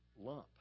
lump